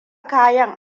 kayan